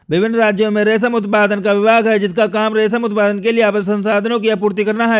विभिन्न राज्यों में रेशम उत्पादन का विभाग है जिसका काम रेशम उत्पादन के लिए आवश्यक संसाधनों की आपूर्ति करना है